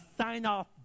sign-off